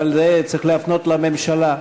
אבל את זה צריך להפנות לממשלה.